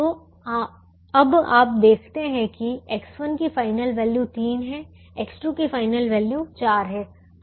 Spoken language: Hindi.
तो अब आप देखते हैं कि X1 की फाइनल वैल्यू 3 है X2 की फाइनल वैल्यू 4 है